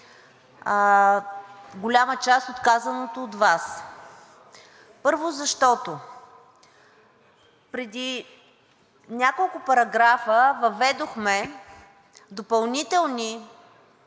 голяма част от казаното от Вас. Първо, защото преди няколко параграфа въведохме допълнителни